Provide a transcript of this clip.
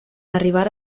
arribara